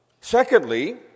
Secondly